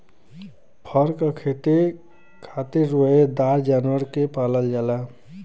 फर क खेती खातिर रोएदार जानवर के पालल जाला